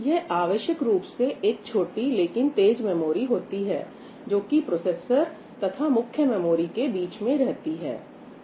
यह आवश्यक रूप से एक छोटी लेकिन तेज मेमोरी होती है जोकि प्रोसेसर तथा मुख्य मेमोरी के बीच में रहती है